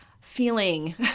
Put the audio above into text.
feeling